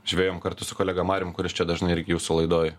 žvejojom kartu su kolega marium kuris čia dažnai irgi jūsų laidoj